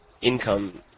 income